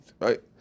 Right